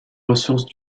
ressources